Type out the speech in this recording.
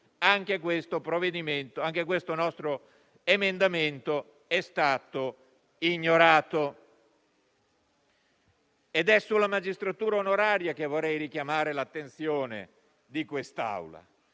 Anche questo nostro emendamento è stato ignorato. È proprio sulla magistratura onoraria che vorrei richiamare l'attenzione di quest'Assemblea,